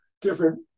different